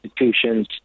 institutions